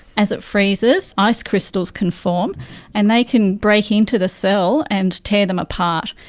as it freezes ice crystals can form and they can break into the cell and tear them apart.